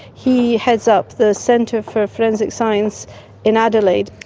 he heads up the centre for forensic science in adelaide.